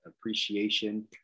appreciation